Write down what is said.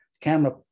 Camera